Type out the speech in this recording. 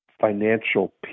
financial